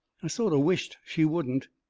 i sort o' wished she wouldn't.